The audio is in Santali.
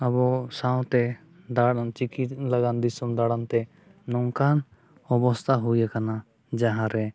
ᱟᱵᱚ ᱥᱟᱶᱛᱮ ᱫᱟᱬᱟᱱ ᱪᱤᱠᱤ ᱫᱟᱬᱟᱱ ᱫᱤᱥᱚᱢ ᱫᱟᱬᱟᱱ ᱛᱮ ᱱᱚᱝᱠᱟᱱ ᱚᱵᱚᱥᱛᱟ ᱦᱩᱭᱟᱠᱟᱱᱟ ᱡᱟᱦᱟᱸᱨᱮ